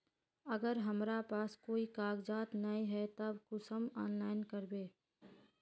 अगर हमरा पास कोई कागजात नय है तब हम कुंसम ऑनलाइन करबे?